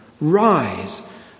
Rise